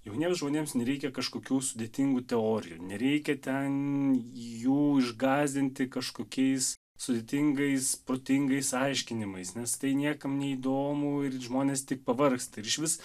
jauniems žmonėms nereikia kažkokių sudėtingų teorijų nereikia ten jų išgąsdinti kažkokiais sudėtingais protingais aiškinimais nes tai niekam neįdomu ir žmonės tik pavargsta ir išvis